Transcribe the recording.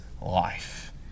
life